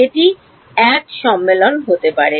এটি 1 সম্মেলন হতে পারে